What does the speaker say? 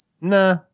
Nah